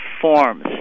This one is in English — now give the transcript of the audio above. forms